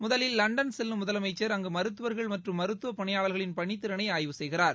முதலில் லண்டன் செல்லும் முதலமைச்சா் அங்கு மருத்துவா்கள் மற்றும் மருத்துவப் பணியாளா்களின் பணித்திறனை ஆய்வு செய்கிறார்